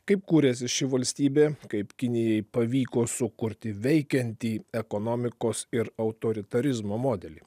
kaip kūrėsi ši valstybė kaip kinijai pavyko sukurti veikiantį ekonomikos ir autoritarizmo modelį